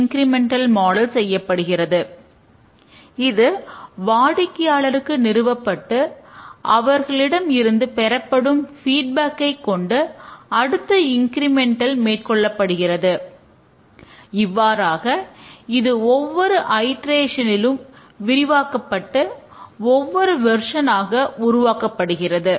incremental மாடலை உருவாக்கப்படுகிறது